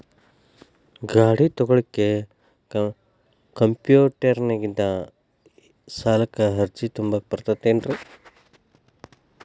ಗಾಡಿ ತೊಗೋಳಿಕ್ಕೆ ಕಂಪ್ಯೂಟೆರ್ನ್ಯಾಗಿಂದ ಸಾಲಕ್ಕ್ ಅರ್ಜಿ ತುಂಬಾಕ ಬರತೈತೇನ್ರೇ?